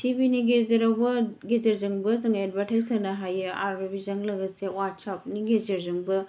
ति भि नि गेजेरजोंबो जों एदभार्टाइस होनो हायो आरो बेजों लोगोसे वाट्सएपनि गेजेरजोंबो